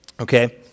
Okay